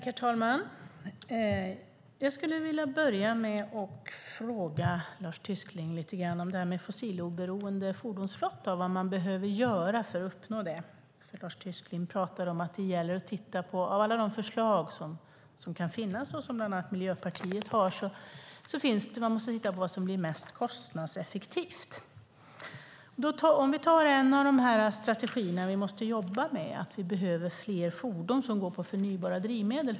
Herr talman! Jag skulle vilja börja med att fråga Lars Tysklind om fossiloberoende fordonsflotta och vad man behöver göra för att uppnå det. Lars Tysklind pratar om att det gäller att titta på alla de förslag som finns, bland annat Miljöpartiets förslag, för att se vad som blir mest kostnadseffektivt. Vi kan ta en av de strategier vi måste jobba med, och det är att vi behöver fler fordon som går på förnybara drivmedel.